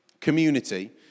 community